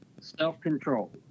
self-control